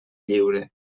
lliure